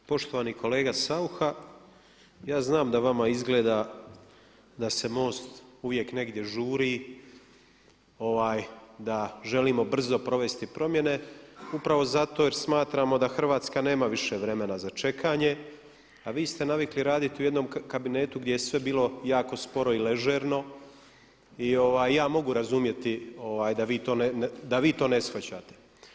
Poštovani kolega Saucha ja znam da vama izgleda da se MOST uvijek negdje žuri, da želimo brzo provesti promjene upravo zato jer smatramo da Hrvatska više nema vremena za čekanje, a vi ste navikli raditi u jednom kabinetu gdje je sve bilo jako sporo i ležerno i ja mogu razumjeti da vi to ne shvaćate.